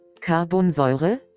carbonsäure